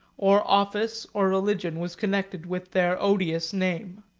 or office, or religion, was connected with their odious name.